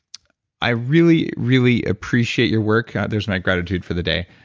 i really, really appreciate your work. there's my gratitude for the day.